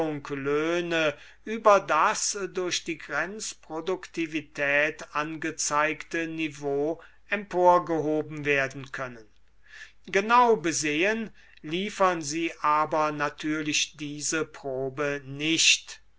über das durch die grenzproduktivität angezeigte niveau emporgehoben werden können genau besehen liefern sie aber natürlich diese probe nicht